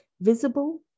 visible